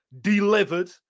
delivered